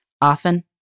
Often